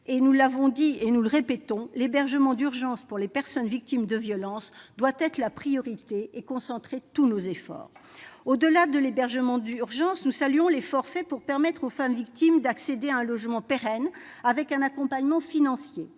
Nous l'avons dit et nous le répétons, l'hébergement d'urgence pour les personnes victimes de violences doit être la priorité, cela doit concentrer tous nos efforts. Au-delà de l'hébergement d'urgence, nous saluons l'effort accompli pour permettre aux femmes victimes d'accéder à un logement pérenne, avec un accompagnement financier.